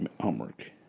homework